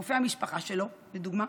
מרופא המשפחה שלו, לדוגמה,